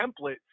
template